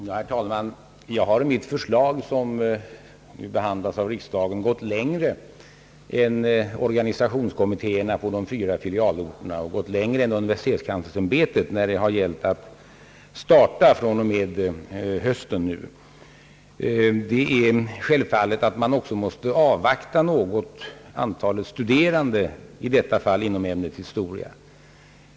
Herr talman! Jag har i mitt förslag — som ju behandlas av riksdagen — gått längre än organisationskommittéerna på de fyra filialorterna och längre än universitetskanslersämbetet när det gäller start från och med kommande höst. Det är självfallet att man också måste i någon mån avvakta antalet studerande, i detta fall inom ämnet historia.